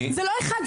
זה לא אחת,